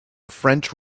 french